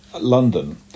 London